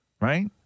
Right